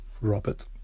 Robert